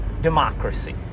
democracy